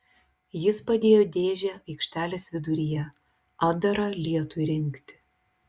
jis padėjo dėžę aikštelės viduryje atdarą lietui rinkti